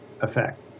effect